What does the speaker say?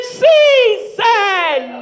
season